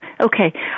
Okay